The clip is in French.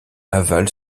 aval